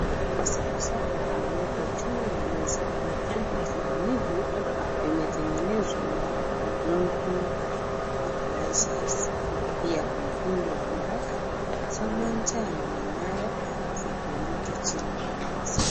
vya darasa la saba vimewekwa juu ya meza. Vitabu hivyo vimetengenezwa na Longhorn Publishers. Pia kuna rundo la nyaraka za manjano na nyaya za computer chini ya meza.